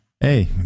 Hey